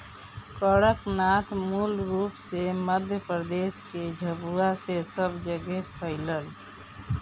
कड़कनाथ मूल रूप से मध्यप्रदेश के झाबुआ से सब जगेह फईलल